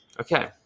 okay